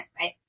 right